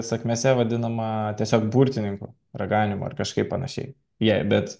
sakmėse vadinama tiesiog burtininku raganium ar kažkaip panašiai jei bet